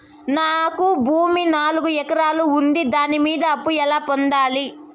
నాకు భూమి నాలుగు ఎకరాలు ఉంది దాని మీద అప్పు ఎలా పొందాలి?